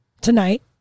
tonight